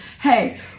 Hey